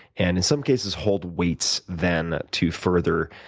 and in some cases, hold weights then to further